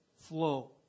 flow